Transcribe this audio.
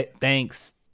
Thanks